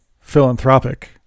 philanthropic